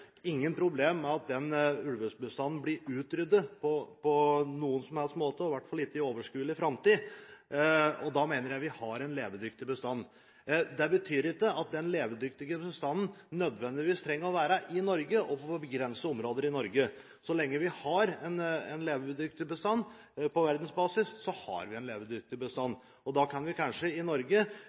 ingen fare for at den ulvebestanden blir utryddet på noen som helst måte, og i hvert fall ikke i overskuelig framtid. Da mener jeg vi har en levedyktig bestand. Det betyr ikke at den levedyktige bestanden nødvendigvis trenger å være i Norge og på begrensede områder i Norge. Så lenge vi har en levedyktig bestand på verdensbasis, så har vi en levedyktig bestand. Da kan kanskje Norge,